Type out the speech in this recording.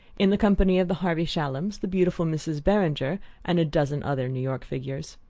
in the company of the harvey shallums, the beautiful mrs. beringer and a dozen other new york figures.